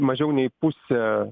mažiau nei pusė